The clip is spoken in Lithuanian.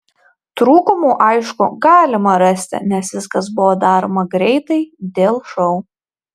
trūkumų aišku galima rasti nes viskas buvo daroma greitai dėl šou